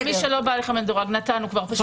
מי שלא בהליך המדורג, כבר נתנו.